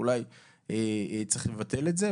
אולי צריך לבטל את זה.